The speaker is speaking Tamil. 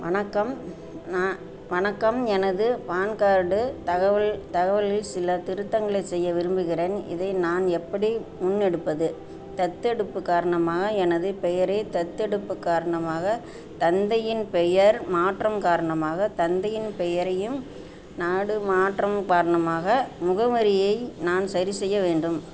வணக்கம் நான் வணக்கம் எனது பான் கார்டு தகவல் தகவல்களில் சில திருத்தங்களைச் செய்ய விரும்புகிறேன் இதை நான் எப்படி முன்னெடுப்பது தத்தெடுப்புக் காரணமாக எனது பெயரை தத்தெடுப்புக் காரணமாக தந்தையின் பெயர் மாற்றம் காரணமாக தந்தையின் பெயரையும் நாடு மாற்றம் காரணமாக முகவரியை நான் சரி செய்ய வேண்டும்